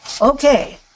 Okay